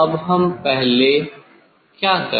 तो अब हम पहले क्या करें